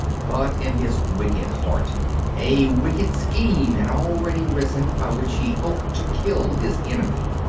but in his wicked heart a wicked scheme had already risen by which he hoped to kill his enemy.